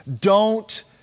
Don't